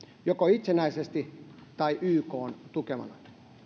joko itsenäisesti tai ykn tukena